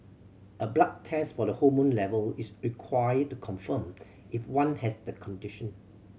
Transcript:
a blood test for the hormone level is required to confirm if one has the condition